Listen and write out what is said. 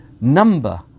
number